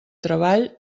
treball